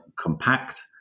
compact